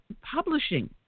publishing